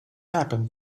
happened